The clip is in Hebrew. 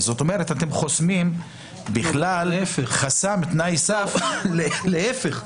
בכלל חסם תנאי סף --- להפך,